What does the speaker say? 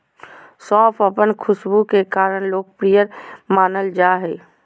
सौंफ अपन खुशबू के कारण लोकप्रिय मानल जा हइ